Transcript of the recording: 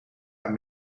aan